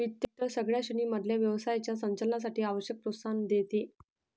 वित्त सगळ्या श्रेणी मधल्या व्यवसायाच्या संचालनासाठी आवश्यक प्रोत्साहन देते